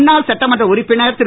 முன்னாள் சட்டமன்ற உறுப்பினர் திரு